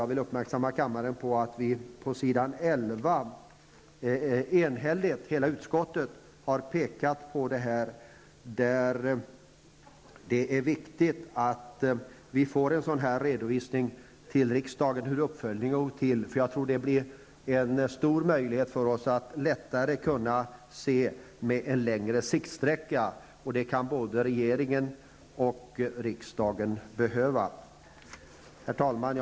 Jag vill uppmärksamma kammaren på att ett enigt utskott på s. 11 i betänkandet har pekat på detta. Det är viktigt att vi får en redovisning till riksdagen av hur uppföljningen går till. Jag tror att det vore en möjlighet för oss att kunna se på längre sikt. Det kan både regeringen och riksdagen behöva. Herr talman!